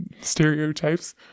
stereotypes